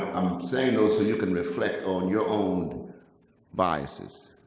i'm saying those so you can reflect on your own biases.